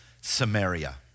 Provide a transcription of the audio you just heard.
Samaria